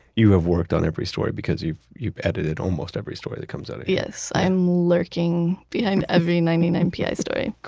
you have worked on every story, because you've you've edited almost every story that comes out of here yes, i am lurking behind every ninety nine pi story